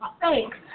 thanks